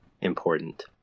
important